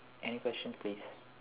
any questions please